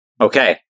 Okay